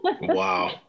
Wow